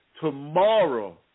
tomorrow